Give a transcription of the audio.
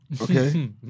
Okay